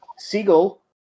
Siegel